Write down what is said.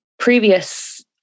Previous